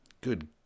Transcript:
Good